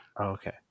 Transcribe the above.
okay